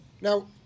Now